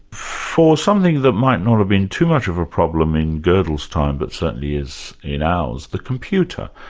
for something that might not have been too much of a problem in godel's time but certainly is in ours the computer.